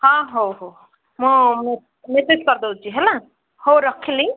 ହଁ ହଉ ହଉ ମୁଁ ମୁଁ ମେସେଜ କରଦଉଛି ହେଲା ହଉ ରଖିଲି